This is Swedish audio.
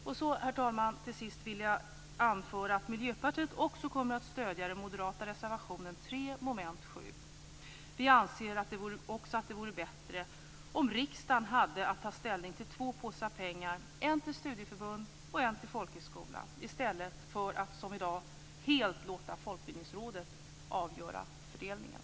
Till sist, herr talman, vill jag anföra att Miljöpartiet kommer att stödja den moderata reservation 3 under mom. 7. Vi anser också att det vore bättre om riksdagen hade att ta ställning till två påsar pengar - en till studieförbunden och en till folkhögskolan - i stället för att som i dag helt låta Folkbildningsrådet avgöra fördelningen.